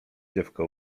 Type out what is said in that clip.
dziewka